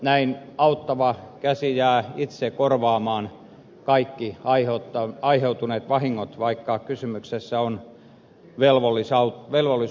näin auttavan käden ojentanut jää itse korvaamaan kaikki aiheutuneet vahingot vaikka kysymyksessä on velvollisuus auttaa